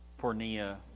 pornea